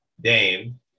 Dame